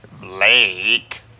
Blake